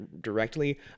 directly